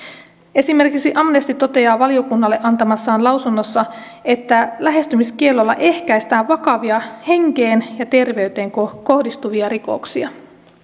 esimerkiksi amnesty toteaa valiokunnalle antamassaan lausunnossa että lähestymiskiellolla ehkäistään vakavia henkeen ja terveyteen kohdistuvia rikoksia